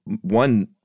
One